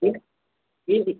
E E